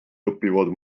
õpivad